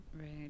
Right